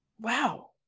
Wow